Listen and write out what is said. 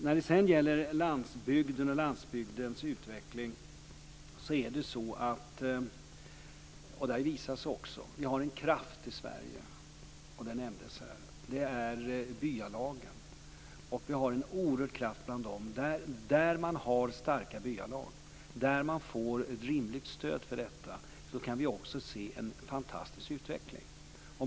När det sedan gäller landsbygden och landsbygdens utveckling har det ju visat sig att vi har en kraft i Sverige, som också nämndes här, och det är byalagen. Vi har en oerhörd kraft bland dem. Där man har starka byalag, och där man får ett rimligt stöd för detta, kan vi också se en fantastisk utveckling.